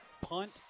punt